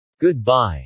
Goodbye